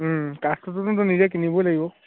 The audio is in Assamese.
কাঠটোতো নিজে কিনিবই লাগিব